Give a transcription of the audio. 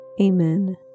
Amen